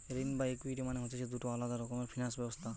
ঋণ এবং ইকুইটি মানে হতিছে দুটো আলাদা রকমের ফিনান্স ব্যবস্থা